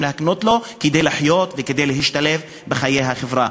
להקנות לו כדי לחיות וכדי להשתלב בחיי החברה.